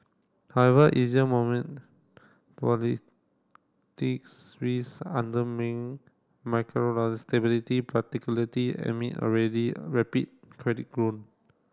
however easier politics risk stability stability pariticularity amid already rapid credit grown